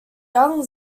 young